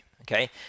okay